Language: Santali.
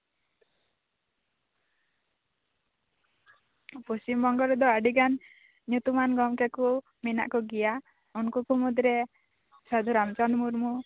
ᱯᱚᱥᱪᱷᱤᱢ ᱵᱚᱝᱜᱚ ᱨᱮᱫ ᱟᱹᱰᱤ ᱜᱟᱱ ᱧᱩᱛᱩᱢᱟᱱ ᱜᱚᱝᱠᱮ ᱠᱚ ᱢᱮᱱᱟᱜ ᱠᱚᱜᱮᱭᱟ ᱩᱱᱠᱩ ᱢᱩᱫᱨᱮ ᱥᱟᱫᱷᱩ ᱨᱟᱢᱪᱟᱸᱫ ᱢᱩᱨᱢᱩ